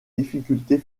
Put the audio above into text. difficultés